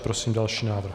Prosím další návrh.